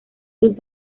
sus